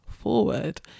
forward